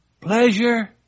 Pleasure